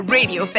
Radio